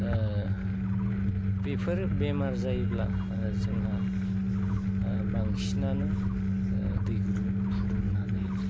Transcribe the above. बेफोर बेमार जायोब्ला जोंहा बांसिनानो दै गुदुं फुदुंनानै